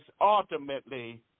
ultimately